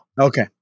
Okay